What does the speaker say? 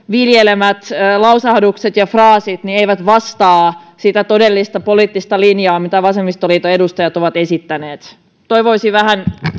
viljelemät lausahdukset ja fraasit eivät vastaa sitä todellista poliittista linjaa mitä vasemmistoliiton edustajat ovat esittäneet toivoisi vähän